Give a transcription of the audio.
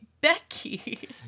Becky